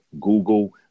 Google